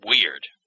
weird